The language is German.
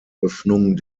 eröffnung